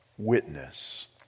witness